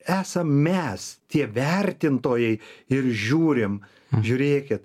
esam mes tie vertintojai ir žiūrim žiūrėkit